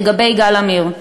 על יגאל עמיר?